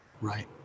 Right